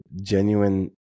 genuine